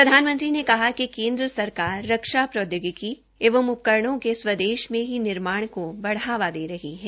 प्रधानमंत्री ने कहा कि केन्द्र सरकार रक्षा प्रौद्योगिकी एंव उपकरणों के स्वदेश में ही निर्माण को बढ़ावा दे रही है